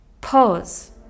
Pause